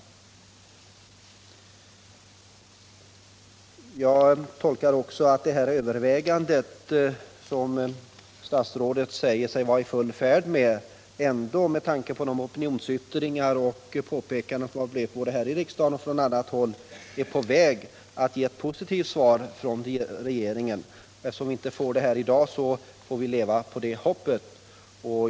Jag gör också den tolkningen att det här övervägandet, som statsrådet säger sig vara i full fård med, ändå med tanke på opinionsyttringar och påpekanden, som kommit både här i riksdagen och från annat håll, är på väg att resultera i ett positivt svar från regeringen. Eftersom vi inte får det här i dag, får vi leva på hoppet.